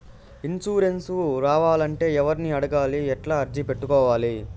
Insurance రావాలంటే ఎవర్ని అడగాలి? ఎట్లా అర్జీ పెట్టుకోవాలి?